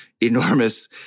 enormous